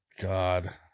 god